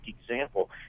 example